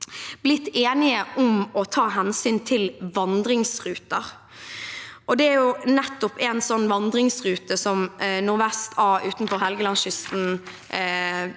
blitt enige om å ta hensyn til vandringsruter. Det er nettopp en sånn vandringsrute som Nordvest A utenfor Helgelandskysten